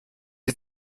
die